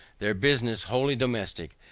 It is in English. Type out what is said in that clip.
their business wholly domestic,